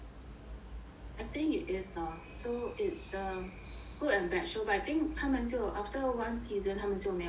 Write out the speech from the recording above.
I think it is lor so it's a good and bad show but I think 他们就 after one season 他们就没有了 leh